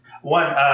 One